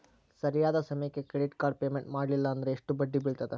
ಸರಿಯಾದ ಸಮಯಕ್ಕೆ credit card payment ಮಾಡಲಿಲ್ಲ ಅಂದ್ರೆ ಎಷ್ಟು ಬಡ್ಡಿ ಬೇಳ್ತದ?